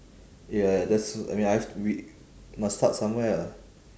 ya ya that's I mean I've we must start somewhere lah